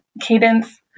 cadence